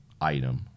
item